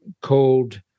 called